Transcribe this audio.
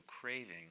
craving